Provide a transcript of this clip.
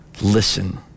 listen